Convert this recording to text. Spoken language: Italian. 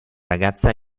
ragazza